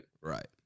Right